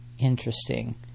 Interesting